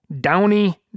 downy